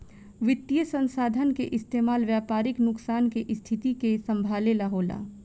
वित्तीय संसाधन के इस्तेमाल व्यापारिक नुकसान के स्थिति के संभाले ला होला